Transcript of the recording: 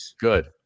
Good